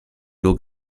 nur